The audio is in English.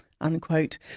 unquote